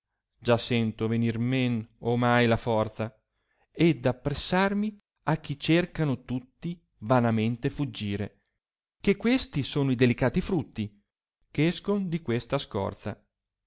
già sento venir raen ornai la forza ed appressarmi a chi cercano tutti vanamente fuggire che questi sono i delicati frutti ch escon di questa scorza